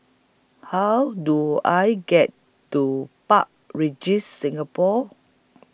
How Do I get to Park Regis Singapore